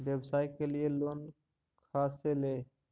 व्यवसाय के लिये लोन खा से ले?